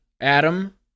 Adam